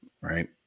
right